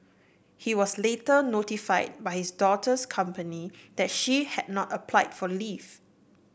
he was later notify by his daughter's company that she had not applied for leave